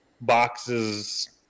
boxes